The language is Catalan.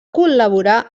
col·laborar